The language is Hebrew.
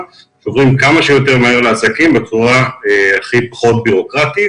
ושהם עוברים כמה שיותר מהר לעסקים ובצורה הכי פחות בירוקרטית